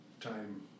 time